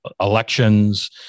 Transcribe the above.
elections